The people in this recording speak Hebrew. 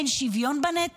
אין שוויון בנטל.